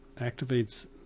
activates